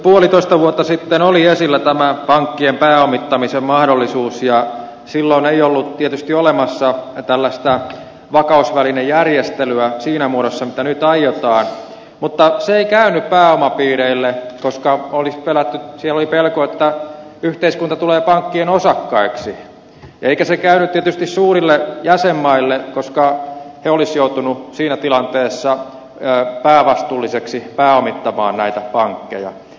puolitoista vuotta sitten oli esillä tämä pankkien pääomittamisen mahdollisuus ja silloin ei ollut tietysti olemassa tällaista vakausvälinejärjestelyä siinä muodossa mitä nyt aiotaan mutta se ei käynyt pääomapiireille koska siellä oli pelko että yhteiskunta tulee pankkien osakkaaksi eikä se käynyt tietysti suurille jäsenmaille koska ne olisivat joutuneet siinä tilanteessa päävastuullisiksi pääomittamaan näitä pankkeja